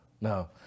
no